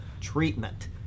treatment